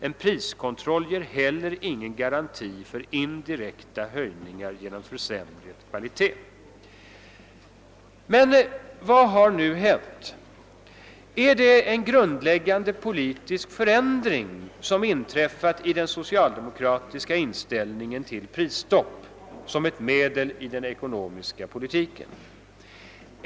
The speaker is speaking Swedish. En priskontroll ger heller ingen garanti för indirekta höjningar genom försämrad kvalitet.» Men vad har nu hänt? Är det en grundläggande politisk förändring som inträffat i den socialdemokratiska inställningen till prisstopp som ett medel i den ekonomiska politiken?